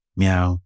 meow